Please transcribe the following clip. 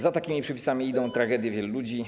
Za takimi przepisami idą tragedie wielu ludzi.